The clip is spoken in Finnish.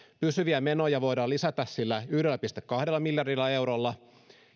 pysyviä menoja voidaan lisätä sillä yhdellä pilkku kahdella miljardilla eurolla